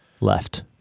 left